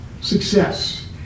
success